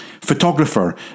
Photographer